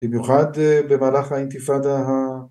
‫במיוחד במהלך האינתיפאדה ה...